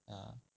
ya